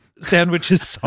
sandwiches